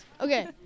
Okay